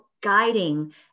guiding